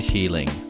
Healing